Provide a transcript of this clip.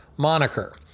moniker